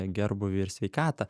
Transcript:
gerbūvį ir sveikatą